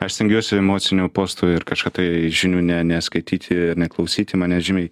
aš stengiuosi emocinių postų ir kažką tai žinių ne neskaityti ir neklausyti mane žymiai